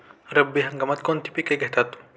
रब्बी हंगामात कोणती पिके घेतात?